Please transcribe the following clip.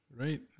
Right